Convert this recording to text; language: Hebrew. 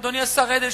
אדוני השר אדלשטיין,